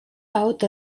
auto